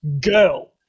girl